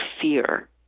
fear